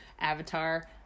Avatar